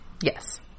Yes